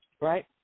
right